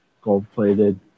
gold-plated